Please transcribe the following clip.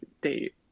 date